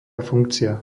funkcia